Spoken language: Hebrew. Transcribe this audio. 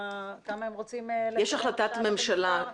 יש החלטת ממשלה.